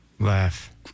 Laugh